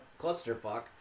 clusterfuck